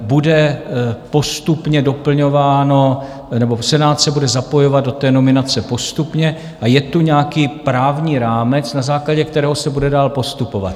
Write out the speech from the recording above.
Bude postupně doplňováno nebo Senát se bude zapojovat do té nominace postupně a je tu nějaký právní rámec, na základě kterého se bude dál postupovat.